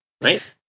Right